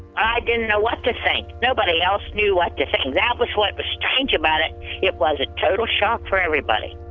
i didn't know what to think. nobody else knew what to think. that was what was strange about it, it was a total shock for everybody.